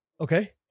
Okay